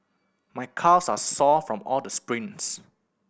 my calves are sore from all the sprints